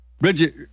Bridget